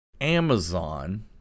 Amazon